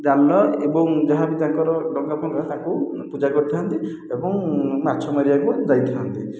ଜାଲ ଏବଂ ଯାହା ବି ତାଙ୍କର ଡଙ୍ଗା ଫଙ୍ଗା ତାକୁ ପୂଜା କରିଥାନ୍ତି ଏବଂ ମାଛ ମାରିବାକୁ ଯାଇଥାନ୍ତି